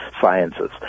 sciences